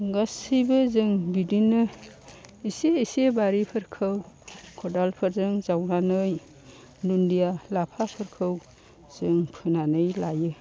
मुगासेबो जों बिदिनो एसे एसे बारिफोरखौ खदालफोरजों जावनानै दुन्दिया लाफाफोरखौ जों फोनानै लायो